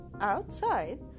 outside